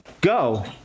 Go